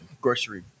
grocery